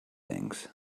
things